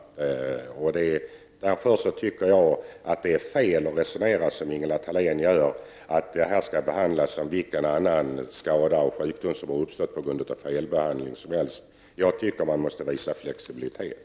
Det är fel att resonera som Ingela Thalén gör, att HIV skall behandlas som vilken annan skada och sjukdom som helst som har uppstått på grund av felbehandling. Jag tycker att man måste visa flexibilitet.